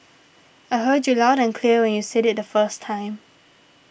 I heard you loud and clear when you said it the first time